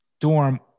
dorm